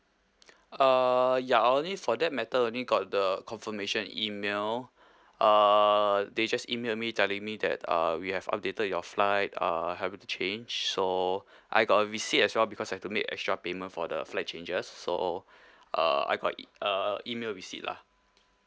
uh ya only for that matter only got the confirmation email uh they just emailed me telling me that uh we have updated your flight uh have you to change so I got a receipt as well because I have to make extra payment for the flight changes so uh I got e~ uh email receipt lah